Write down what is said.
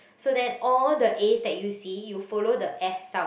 so then all the A's that you see you follow the A sound